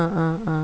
ah ah ah